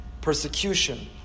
persecution